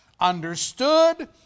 understood